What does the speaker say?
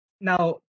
Now